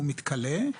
הוא מתכלה.